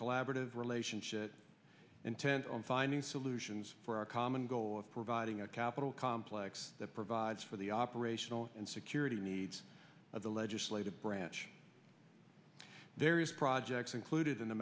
relationship intent on finding solutions for our common goal of providing a capital complex that provides for the operational and security needs of the legislative branch various projects included in the